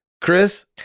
chris